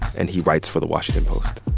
and he writes for the washington post.